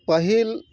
ᱯᱟᱹᱦᱤᱞ